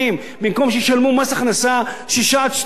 במקום שישלמו מס הכנסה 6% 12%,